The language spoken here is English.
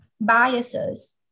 biases